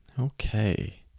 Okay